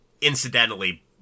incidentally